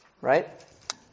right